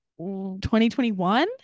2021